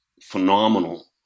phenomenal